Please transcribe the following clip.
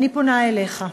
אני פונה אליך.